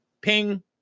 ping